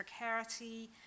precarity